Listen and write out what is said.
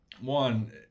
one